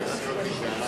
הטענה שלך של ייצוג הסיעות